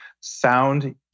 sound